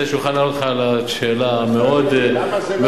כדי שיוכל לענות לך על השאלה המאוד מכוננת.